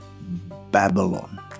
babylon